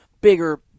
Bigger